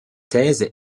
thèse